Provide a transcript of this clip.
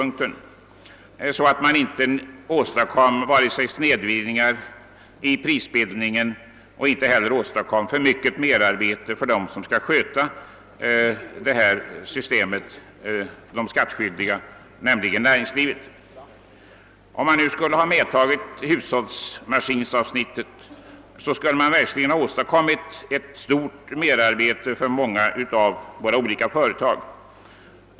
Härigenom skulle man undvika både snedvridningar i prisbildningen och merarbete för dem som skall administrera systemet och som även är de skattskyldiga, d.v.s. de inom näringslivet verksamma. Ett medtagande av hushållsmaskinsavsnittet i denna omgång skulle verkligen ha åstadkommit ett mycket stort merarbete för de olika företagen.